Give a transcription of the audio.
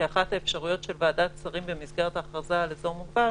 כאחת האפשרויות של ועדת השרים במסגרת ההכרזה על אזור מוגבל,